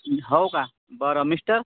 हो का बरं मिस्टर